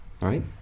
right